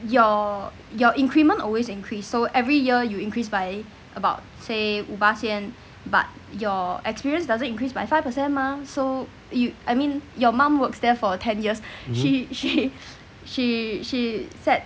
mmhmm